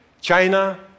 China